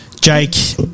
Jake